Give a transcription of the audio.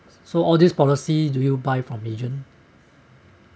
so all these policy do you buy from agent